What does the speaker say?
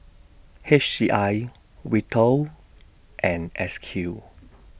H C I Vital and S Q